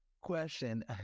question